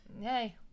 hey